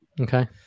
Okay